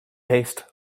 haste